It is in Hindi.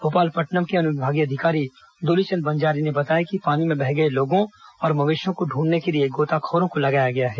भोपालपट्टनम के अनुविभागीय अधिकारी दुलीचंद बंजारे ने बताया कि पानी में बह गए लोगों और मवेशियों को ढुंढने के लिए गोताखोरों को लगाया गया है